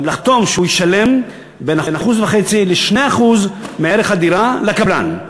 גם לחתום שהוא ישלם בין 1.5% ל-2% מערך הדירה לקבלן.